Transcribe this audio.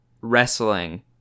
wrestling